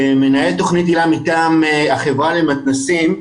כמנהל תוכנית היל"ה מטעם החברה למתנ"סים,